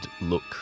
look